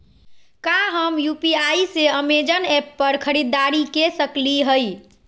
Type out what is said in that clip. का हम यू.पी.आई से अमेजन ऐप पर खरीदारी के सकली हई?